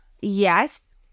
Yes